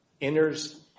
enters